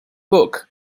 book